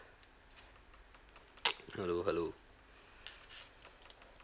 hello hello